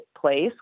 place